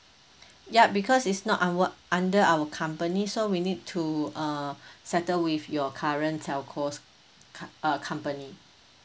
yup because it's not our under our company so we need to uh settle with your current telco's uh company